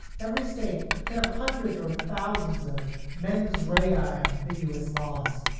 every state can have hundreds or thousands of mens rea, um ambiguous laws.